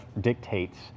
dictates